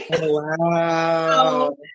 Wow